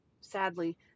Sadly